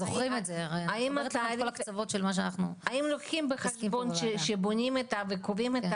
אז האם לוקחים בחשבון, כשבונים וקובעים את